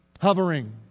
hovering